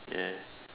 ya